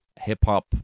hip-hop